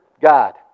God